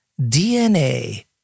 DNA